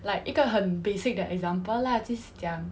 like 一个很 basic 的 example lah 就是讲